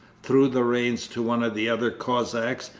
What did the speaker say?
threw the reins to one of the other cossacks,